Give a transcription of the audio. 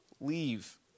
leave